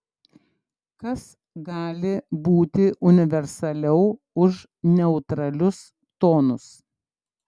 kas gali būti universaliau už neutralius tonus